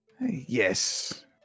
Yes